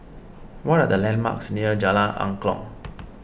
what are the landmarks near Jalan Angklong